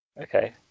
okay